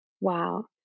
Wow